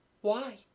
why